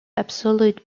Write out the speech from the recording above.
absolute